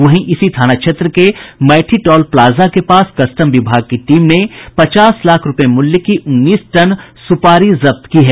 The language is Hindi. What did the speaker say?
वहीं इसी थाना क्षेत्र के मैठी टॉल प्लाजा के पास कस्टम विभाग की टीम ने पचास लाख रूपये मूल्य की उन्नीस टन विदेशी सुपारी जब्त की है